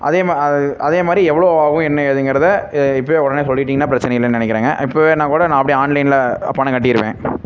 அதேமா அது அதே மாரி எவ்வளோ ஆகும் என்ன ஏதுங்கறதை இப்பையே உட்னே சொல்லிவிட்டிங்கன்னா பிரச்சனை இல்லன்னு நினனைக்கிறேங்க இப்போ வேணா கூட நான் அப்டே ஆன்லைனில் பணம் கட்டிருவேன்